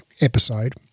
episode